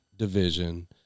division